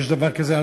יש דבר כזה?